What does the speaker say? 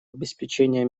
обеспечения